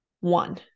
One